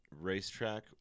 racetrack